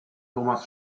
thomas